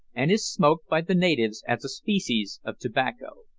and is smoked by the natives as a species of tobacco.